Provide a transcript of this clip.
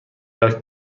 لاک